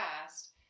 past